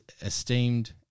esteemed